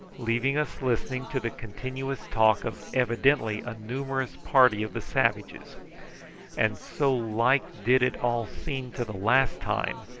leaving us listening to the continuous talk of evidently a numerous party of the savages and so like did it all seem to the last time,